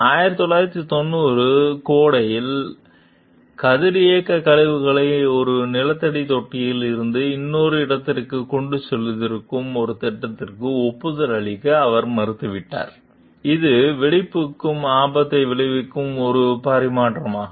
1990 கோடையில் கதிரியக்கக் கழிவுகளை ஒரு நிலத்தடி தொட்டியில் இருந்து இன்னொரு இடத்திற்கு செலுத்தியிருக்கும் ஒரு திட்டத்திற்கு ஒப்புதல் அளிக்க அவர் மறுத்துவிட்டார் இது வெடிப்புக்கு ஆபத்து விளைவிக்கும் ஒரு பரிமாற்றமாகும்